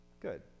Good